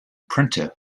printer